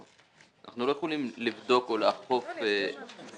אנחנו לא יכולים לבדוק או לאכוף הוראה